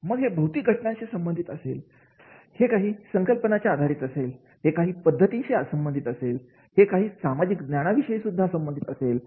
मग हे भौतिक घटनांशी संबंधित असेल हे काही संकल्पनांचे आधारित असेल हे काही पद्धतीने शी संबंधित असेल आणि हे काही सामाजिक ज्ञानाविषयी सुद्धा संबंधित असेल